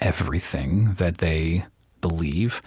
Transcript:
everything that they believe,